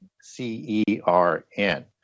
c-e-r-n